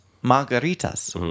margaritas